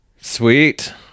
sweet